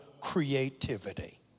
creativity